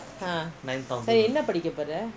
சரி என்ன படிக்க போற:ceri enna patikka pooraa